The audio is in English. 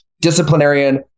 disciplinarian